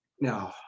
no